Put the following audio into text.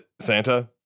Santa